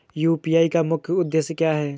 UPI का मुख्य उद्देश्य क्या है?